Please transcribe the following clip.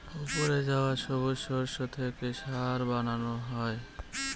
উপড়ে যাওয়া সবুজ শস্য থেকে সার বানানো হয়